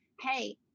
hey